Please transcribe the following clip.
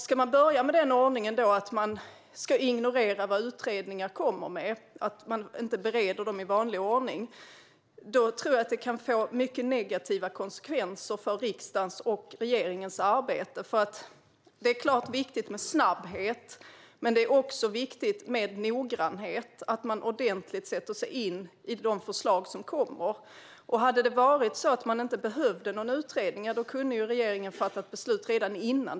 Ska man börja med den ordningen att man ignorerar vad utredningar kommer med och inte bereder dem i vanlig ordning tror jag att det kan få mycket negativa konsekvenser för riksdagens och regeringens arbete. Det är klart att det är viktigt med snabbhet, men det är också viktigt med noggrannhet och att man ordentligt sätter sig in i de förslag som kommer. Hade det varit så att man inte behövde någon utredning, ja, då kunde ju regeringen ha fattat beslut redan innan.